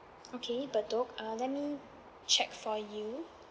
okay bedok uh let me check for you